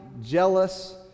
jealous